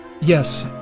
Yes